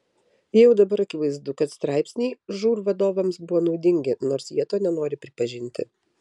jau dabar akivaizdu kad straipsniai žūr vadovams buvo naudingi nors jie to nenori pripažinti